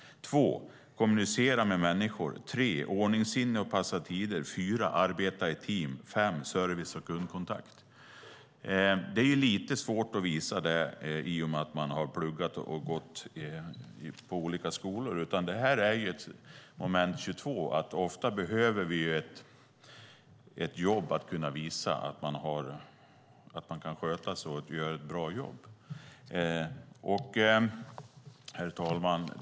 För det andra handlar det om att kommunicera med människor. För det tredje handlar det om ordningssinne och om att passa tider. För det fjärde handlar det om att arbeta i team. För det femte handlar det om service och kundkontakt. Det är lite svårt att visa detta i och med att man har pluggat och gått på olika skolor. Det här är moment 22. Ofta behöver man ett jobb för att kunna visa att man kan sköta sig och göra ett bra jobb. Herr talman!